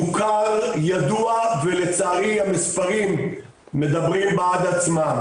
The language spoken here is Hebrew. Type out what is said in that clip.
מוכר, ידוע ולצערי המספרים מדברים בעד עצמם,